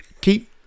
keep